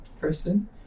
person